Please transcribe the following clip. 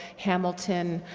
hamilton,